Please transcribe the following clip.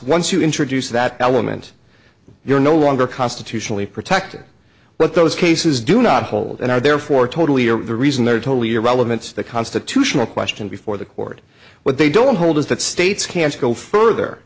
once you introduce that element you're no longer constitutionally protected what those cases do not hold and are therefore totally are the reason they're totally irrelevant to the constitutional question before the court what they don't hold is that states can go further